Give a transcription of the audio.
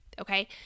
Okay